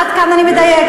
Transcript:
עד כאן אני מדייקת.